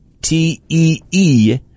T-E-E